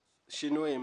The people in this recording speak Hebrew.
שינויים.